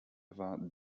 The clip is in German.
war